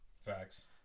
Facts